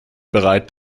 bereit